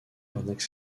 arnaque